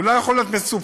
הוא לא יכול להיות מסובסד,